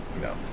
no